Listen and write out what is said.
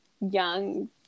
young